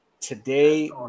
Today